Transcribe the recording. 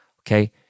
okay